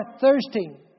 thirsting